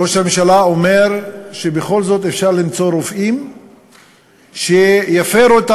ראש הממשלה אומר שבכל זאת אפשר למצוא רופאים שיפרו את